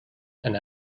and